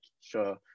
sure